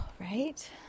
right